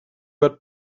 got